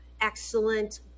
Excellent